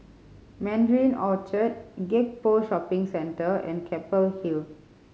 Mandarin Orchard Gek Poh Shopping Centre and Keppel Hill